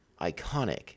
iconic